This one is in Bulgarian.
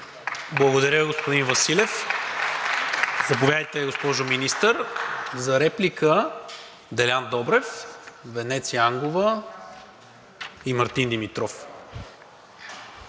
Благодаря, господин Василев. Заповядайте, госпожо Министър. За реплика – Делян Добрев, Венеция Ангова, и Мартин Димитров.